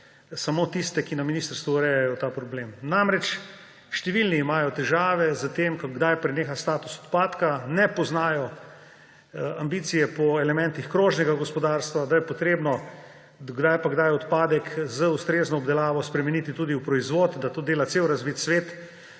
samo tiste, ki na ministrstvu urejajo ta problem. Številni imajo težave s tem, kdaj preneha status odpadka. Ne poznajo ambicije po elementih krožnega gospodarstva, da je treba kdaj pa kdaj odpadek z ustrezno obdelavo spremeniti tudi v proizvod, da to dela ves razviti svet,